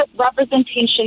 representation